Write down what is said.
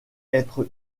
être